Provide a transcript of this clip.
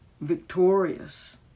victorious